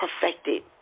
perfected